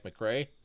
McRae